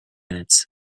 minutes